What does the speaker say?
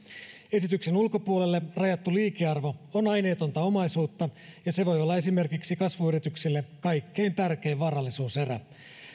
esityksen ulkopuolelle rajattu liikearvo on aineetonta omaisuutta ja se voi olla esimerkiksi kasvuyrityksille kaikkein tärkein varallisuuserä